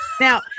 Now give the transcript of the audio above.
Now